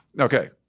Okay